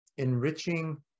Enriching